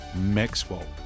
Maxwell